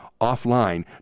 offline